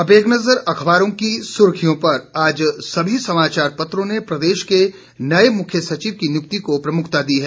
अब एक नजर अखबारों की सुर्खियों पर आज सभी समाचार पत्रों ने प्रदेश के नए मुख्य सचिव की नियुक्ति को प्रमुखता दी है